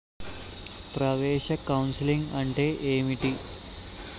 ప్రవేశ కౌన్సెలింగ్ అంటే ఏమిటి?